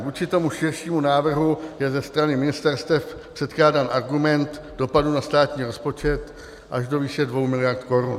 Vůči tomu širšímu návrhu je ze strany ministerstev předkládán argument dopadu na státní rozpočet až do výše dvou miliard korun.